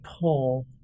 pull